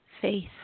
faith